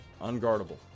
Unguardable